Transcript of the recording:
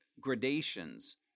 gradations